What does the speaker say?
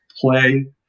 play